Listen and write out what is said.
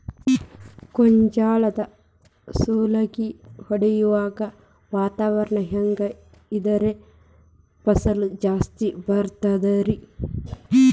ಗೋಂಜಾಳ ಸುಲಂಗಿ ಹೊಡೆಯುವಾಗ ವಾತಾವರಣ ಹೆಂಗ್ ಇದ್ದರ ಫಸಲು ಜಾಸ್ತಿ ಬರತದ ರಿ?